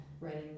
writing